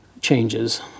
changes